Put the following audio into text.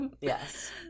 yes